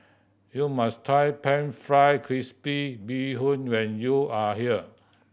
you must try Pan Fried Crispy Bee Hoon when you are here